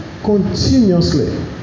continuously